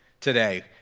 today